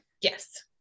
Yes